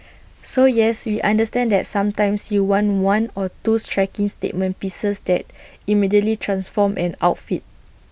so yes we understand that sometimes you want one or two striking statement pieces that immediately transform an outfit